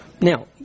Now